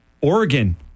Oregon